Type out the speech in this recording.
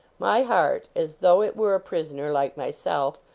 my heart, as though it were a prisoner like my self,